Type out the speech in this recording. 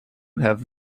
have